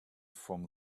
from